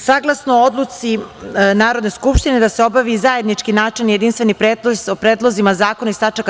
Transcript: Saglasno odluci Narodne skupštine da se obavi zajednički načelni i jedinstveni pretres o predlozima zakona iz tač.